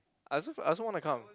I also I also want to come